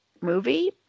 movie